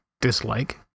dislike